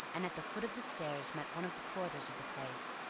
and at the foot of the stairs met one of the porters of the place.